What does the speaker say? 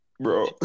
Bro